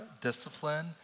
discipline